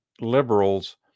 liberals